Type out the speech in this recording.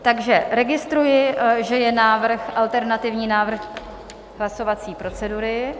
Takže registruji, že je alternativní návrh hlasovací procedury.